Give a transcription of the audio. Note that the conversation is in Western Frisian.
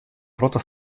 protte